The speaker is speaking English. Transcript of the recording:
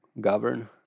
govern